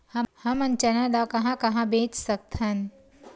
हमन चना ल कहां कहा बेच सकथन?